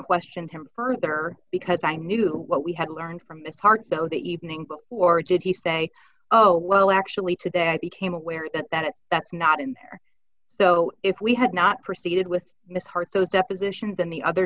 questioned him further because i knew what we had learned from miss hart so the evening or did he say oh well actually today i became aware that that that's not in there so if we had not proceeded with miss hart those depositions and the other